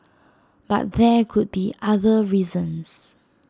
but there could be other reasons